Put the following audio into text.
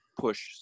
push